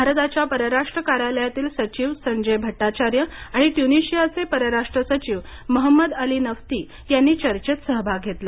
भारताच्या परराष्ट्र कार्यालयातील सचिव संजय भट्टाचार्य आणि ट्युनिशियाचे परराष्ट्र सचिव महंमद अली नफ्ती यांनी चर्चेत सहभाग घेतला